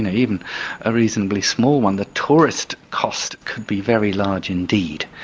and even a reasonably small one, the tourist cost could be very large indeed.